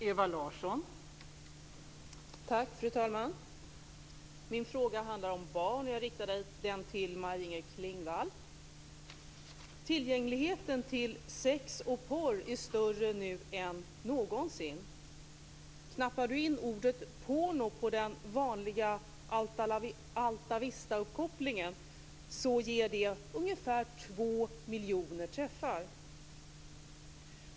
Fru talman! Min fråga handlar om barn, och jag riktar den till Maj-Inger Klingvall. Tillgängligheten till sex och porr är större nu än någonsin. Knappar du in ordet porno på den vanliga Alta Vista-uppkopplingen ger det ungefär två miljoner träffar.